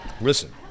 listen